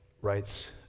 writes